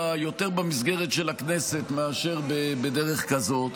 יותר במסגרת של הכנסת מאשר בדרך כזאת.